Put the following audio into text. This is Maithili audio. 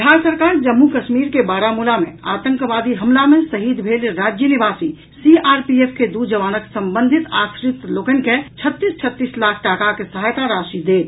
बिहार सरकार जम्मू कश्मीर के बारामूला मे आतंकवादी हमला मे शहीद भेल राज्य निवासी सीआरपीएफ के दू जवानक संबंधित आश्रित लोकनि के छत्तीस छत्तीस लाख टाकाक सहायता राशि देत